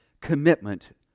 commitment